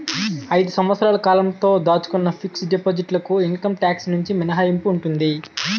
ఐదు సంవత్సరాల కాలంతో దాచుకున్న ఫిక్స్ డిపాజిట్ లకు ఇన్కమ్ టాక్స్ నుంచి మినహాయింపు ఉంటుంది